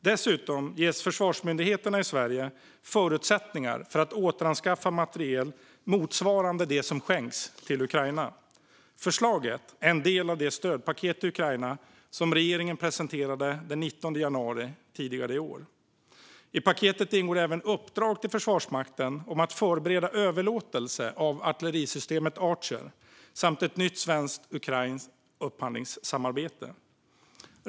Dessutom ges försvarsmyndigheter i Sverige förutsättningar att återanskaffa materiel motsvarande det som skänks till Ukraina. Förslaget är en del av det stödpaket till Ukraina som regeringen presenterade den 19 januari i år. I paketet ingår även uppdrag till Försvarsmakten om att förbereda överlåtelse av artillerisystemet Archer samt ett nytt svensk-ukrainskt upphandlingsarbete.